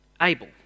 Abel